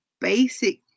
basic